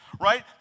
right